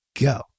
go